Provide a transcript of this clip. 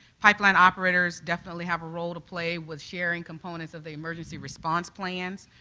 pipeline operators definitely have a role to play with sharing components of the emergency response plans,